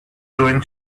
during